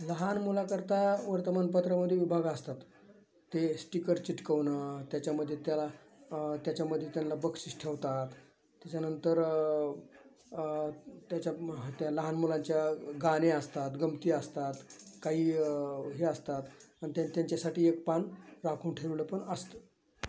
लहान मुलाकरता वर्तमानपत्रामध्ये विभाग असतात ते स्टिकर चिकटवणं त्याच्यामध्ये त्याला त्याच्यामध्ये त्यांला बक्षीस ठेवतात त्याच्यानंतर त्याच्या त्या लहान मुलांच्या गाणे असतात गमती असतात काही हे असतात आणि ते त्यांच्यासाठी एक पान राखून ठेवलं पण असतं